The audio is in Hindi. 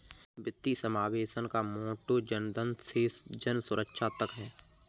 वित्तीय समावेशन का मोटो जनधन से जनसुरक्षा तक है